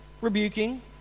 rebuking